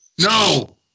No